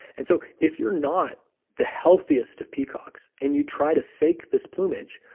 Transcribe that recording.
and so if you're not the healthiest of peacocks and you try to fake this plumage,